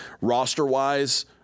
roster-wise